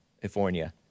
California